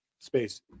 space